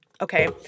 Okay